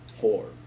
four